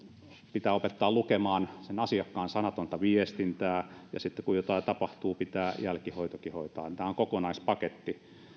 pitää opettaa lukemaan asiakkaan sanatonta viestintää ja sitten kun jotain tapahtuu pitää jälkihoitokin hoitaa tämä on kokonaispaketti